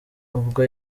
ubwo